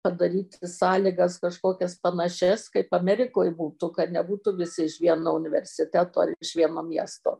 padaryti sąlygas kažkokias panašias kaip amerikoj būtų kad nebūtų visi iš vieno universiteto ar iš vieno miesto